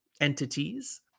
entities